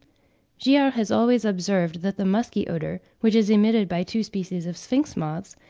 giard has always observed that the musky odour, which is emitted by two species of sphinx moths,